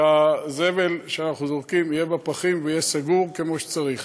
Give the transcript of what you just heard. שהזבל שאנחנו זורקים יהיה בפחים ויהיה סגור כמו שצריך.